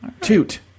Toot